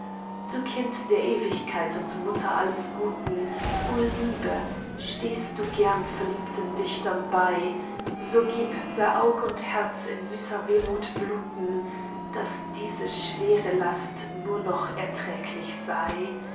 du kind der ewigkeit und mutter alles guten o liebe stehst du gern verliebten dichtern bei so gib da aug und herz in süßer wehmut bluten daß diese schwere last nur noch erträglich sei